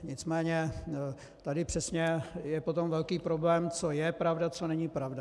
Nicméně tady přesně je potom velký problém, co je pravda a co není pravda.